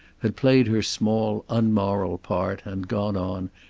had played her small unmoral part and gone on,